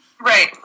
Right